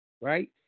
Right